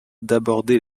d’aborder